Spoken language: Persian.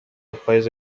پاییز